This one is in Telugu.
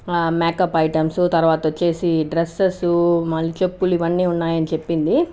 మ్యాకప్ ఐటమ్స్ తరువాత వచ్చేసి డ్రస్సెస్ చెప్పులు ఇవన్నీ ఉన్నాయని చెప్పింది